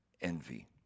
envy